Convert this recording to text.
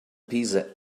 pizza